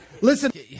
Listen